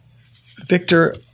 Victor